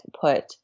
put